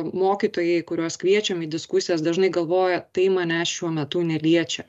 mokytojai kuriuos kviečiam į diskusijas dažnai galvoja tai manęs šiuo metu neliečia